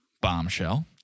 bombshell